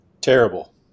terrible